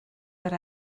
but